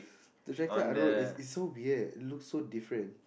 the tractor I don't know it it's so weird it looks so different